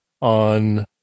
on